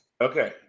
Okay